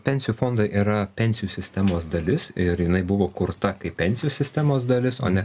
pensijų fondai yra pensijų sistemos dalis ir jinai buvo kurta kaip pensijų sistemos dalis o ne